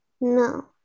No